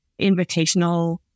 invitational